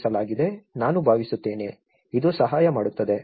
ನಾನು ಭಾವಿಸುತ್ತೇನೆ ಇದು ಸಹಾಯ ಮಾಡುತ್ತದೆ